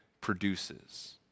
produces